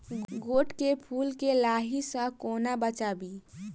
गोट केँ फुल केँ लाही सऽ कोना बचाबी?